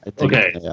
okay